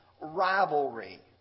rivalry